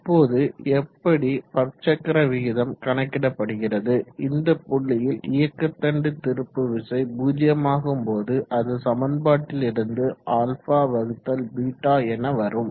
இப்போது எப்படி பற்சக்கர விகிதம் கணக்கிடப்படுகிறது இந்த புள்ளியில் இயக்க தண்டு திருப்பு விசை 0 ஆகும் போது அது சமன்பாட்டிலிருந்து αβ என வரும்